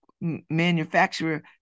manufacturer